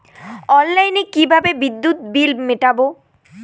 অনলাইনে কিভাবে বিদ্যুৎ বিল মেটাবো?